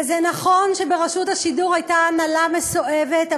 וזה נכון שברשות השידור הייתה הנהלה מסואבת,